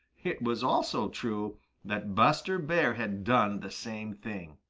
it was also true that buster bear had done the same thing.